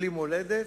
בלי מולדת,